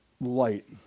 light